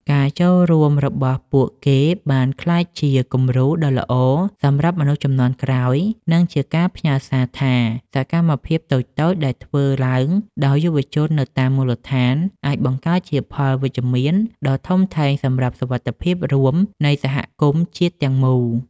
ការចូលរួមរបស់ពួកគេបានក្លាយជាគំរូដ៏ល្អសម្រាប់មនុស្សជំនាន់ក្រោយ និងជាការផ្ញើសារថា សកម្មភាពតូចៗដែលធ្វើឡើងដោយយុវជននៅតាមមូលដ្ឋាន អាចបង្កើតជាផលវិជ្ជមានដ៏ធំធេងសម្រាប់សុវត្ថិភាពរួមនៃសង្គមជាតិទាំងមូល។